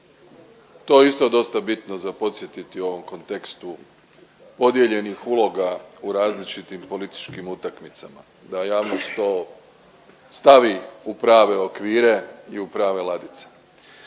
to je isto dosta bitno za podsjetiti u ovom kontekstu podijeljenih uloga u različitim političkim utakmicama da javnost to stavi u prave okvire i u prave ladice.